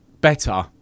better